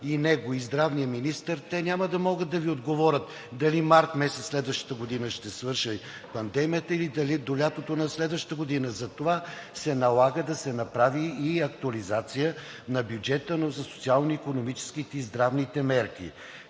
и него, и здравния министър, те няма да могат да Ви отговорят дали март месец следващата година ще свърши пандемията или дали до лятото на следващата година. Затова се налага да се направи и актуализация на бюджета, но за социално-икономическите и здравните мерки.